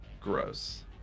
Gross